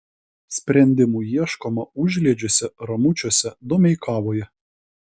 sprendimų ieškoma užliedžiuose ramučiuose domeikavoje